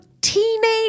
teenage